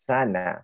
Sana